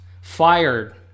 fired